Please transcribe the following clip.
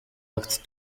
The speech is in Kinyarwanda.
act